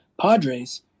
Padres